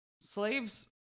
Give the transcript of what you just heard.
Slaves